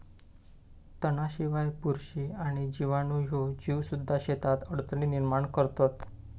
तणांशिवाय, बुरशी आणि जीवाणू ह्ये जीवसुद्धा शेतात अडचणी निर्माण करतत